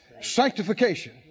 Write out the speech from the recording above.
Sanctification